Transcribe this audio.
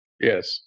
Yes